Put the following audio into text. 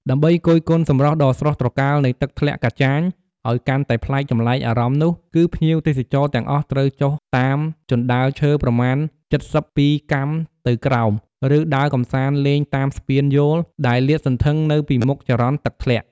ដើម្បីគយគន់សម្រស់ដ៏ស្រស់ត្រកាលនៃទឹកធ្លាក់កាចាញឱ្យកាន់តែប្លែកចម្លែកអារម្មណ៍នោះគឺភ្ញៀវទេសចរទាំងអស់ត្រូវចុះតាមជណ្តើរឈើប្រមាណចិតសិបពីរកាំទៅក្រោម ឬដើរកំសាន្តលេងតាមស្ពានយោលដែលលាតសន្ធឹងនៅពីមុខចរន្តទឹកធ្លាក់។